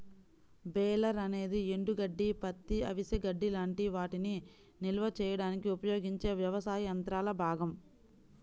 baler అనేది ఎండుగడ్డి, పత్తి, అవిసె గడ్డి లాంటి వాటిని నిల్వ చేయడానికి ఉపయోగించే వ్యవసాయ యంత్రాల భాగం